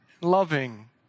loving